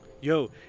Yo